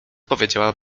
powiedziała